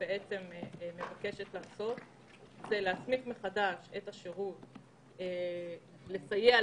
בעצם לקבוע בתוך החוק שהחוק ייכנס לתוקף כאילו הייתה